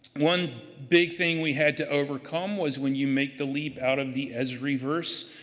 one big thing we had to overcome was when you make the leap out of the esriverse,